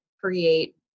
create